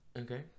Okay